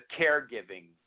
caregiving